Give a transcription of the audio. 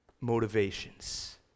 motivations